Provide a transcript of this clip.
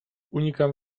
unikam